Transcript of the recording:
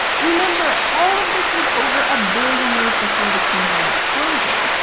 remember, all of this was over a billion years before the cambrian explosion.